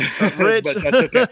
Rich